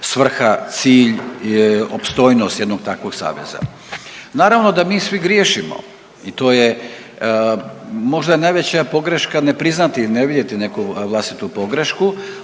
svrha, cilj i opstojnost jednog takvog saveza. Naravno da mi svi griješimo i to je, možda je najveća pogreška ne priznati i ne vidjeti neku vlastitu pogrešku,